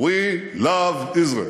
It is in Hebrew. "we love Israel,